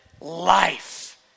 life